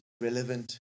relevant